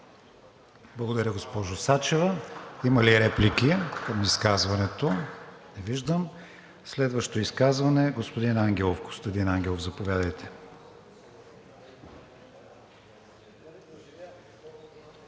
Благодаря, госпожо Сачева. Има ли реплики по изказването? Не виждам. Следващото изказване е на господин Ангелов. Господин Ангелов, заповядайте.